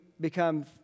Become